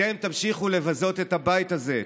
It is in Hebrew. אתם תמשיכו לבזות את הבית הזה,